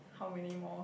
how many more